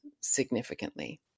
significantly